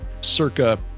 circa